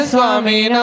Swami